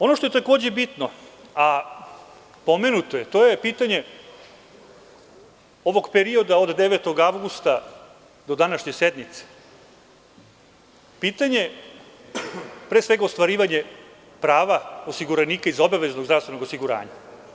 Ono što je takođe bitno, a pomenuto je to je pitanje ovog perioda od 9. avgusta do današnje sednice, pitanje ostvarivanja prava osiguranika iz obaveznog zdravstvenog osiguranja.